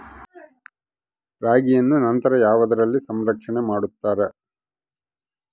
ರಾಗಿಯನ್ನು ನಂತರ ಯಾವುದರಲ್ಲಿ ಸಂರಕ್ಷಣೆ ಮಾಡುತ್ತಾರೆ?